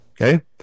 okay